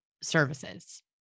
services